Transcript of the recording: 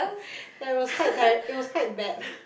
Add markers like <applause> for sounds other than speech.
there was quite ti~ it was quite bad <breath>